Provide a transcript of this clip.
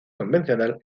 convencional